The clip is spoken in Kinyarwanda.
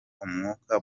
umwuka